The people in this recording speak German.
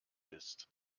bist